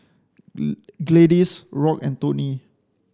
Gladys Rock and Toni